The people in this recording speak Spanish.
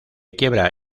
quiebra